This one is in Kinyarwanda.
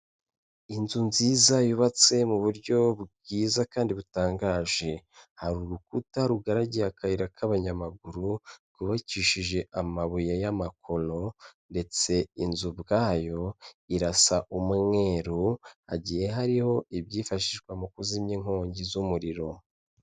Inzu nziza yubatse mu buryo bwiza kandi butangaje, hari urukuta rugaragiye akayira k'abanyamaguru, rwubakishije amabuye y'amakoo ndetse inzu ubwayo irasa umweru, hagiye hariho ibyifashishwa mu kuzimya inkongi z'umuriro.